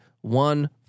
one